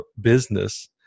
business